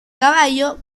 caballo